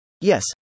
Yes